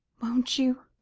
won't you?